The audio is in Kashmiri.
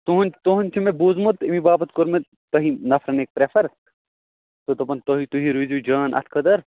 تُہٕنٛدۍ تُہٕنٛدۍ چھُ مےٚ بوٗزمُت اَمی باپَتھ کوٚر مےٚ تۄہہِ نَفرَن أکۍ پرٛیفَر تہٕ دوٚپُن تُہۍ تُہی روٗزِو جان اَتھ خٲطرٕ